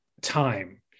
time